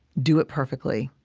do it perfectly,